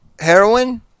heroin